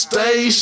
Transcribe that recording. Stay